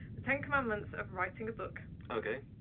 the ten commandments of writing a book. okay.